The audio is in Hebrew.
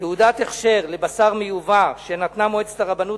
תעודת הכשר לבשר מיובא שנתנה מועצת הרבנות